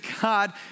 God